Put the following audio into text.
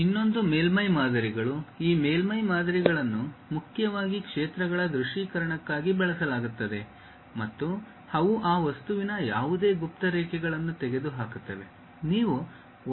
ಇನ್ನೊಂದು ಮೇಲ್ಮೈ ಮಾದರಿಗಳು ಈ ಮೇಲ್ಮೈ ಮಾದರಿಗಳನ್ನು ಮುಖ್ಯವಾಗಿ ಕ್ಷೇತ್ರಗಳ ದೃಶ್ಯೀಕರಣಕ್ಕಾಗಿ ಬಳಸಲಾಗುತ್ತದೆ ಮತ್ತು ಅವು ಆ ವಸ್ತುವಿನ ಯಾವುದೇ ಗುಪ್ತ ರೇಖೆಗಳನ್ನು ತೆಗೆದುಹಾಕುತ್ತವೆ